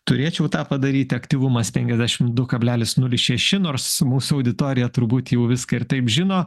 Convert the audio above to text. turėčiau tą padaryti aktyvumas penkiasdešim du kablelis nulis šeši nors mūsų auditorija turbūt jau viską ir taip žino